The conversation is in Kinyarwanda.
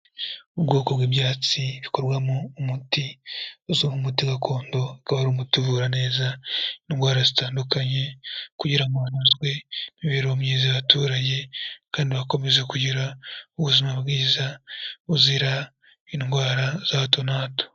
Ubwoko bw'ibyatsi bikorwamo umuti uzi umuti gakondo kaba ari umuti uvura neza indwara zitandukanye kugirango hanozwe imibereho myiza y'abaturage kandi bakomezekugira ubuzima bwiza buzira indwara za hato na hato.